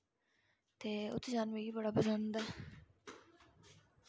ते उत्थै जाना मिगी बड़ा पसंद ऐ